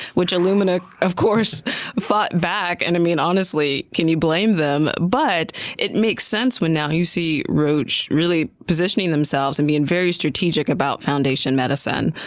which illumina of course fought back and, i mean honestly, can you blame them? but it makes sense when now, you see roche positioning themselves and being very strategic about foundation medicine.